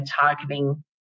targeting